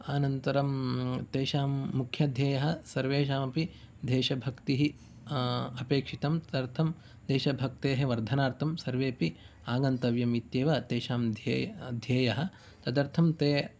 अन्तरं तेषां मुख्य ध्येयः सर्वेषामपि देशभक्तिः अपेक्षितं तदर्थं देशभक्तेः वर्धनार्थं सर्वेपि आगन्तव्यम् इत्येव तेषां ध्ये ध्येयः तदर्थं ते